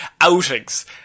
outings